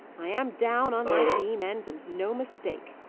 i am down on my beam-ends, and no mistake.